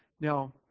Now